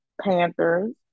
Panthers